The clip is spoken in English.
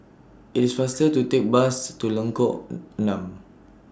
IT IS faster to Take Bus to Lengkok Enam